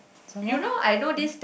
some more